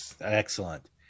Excellent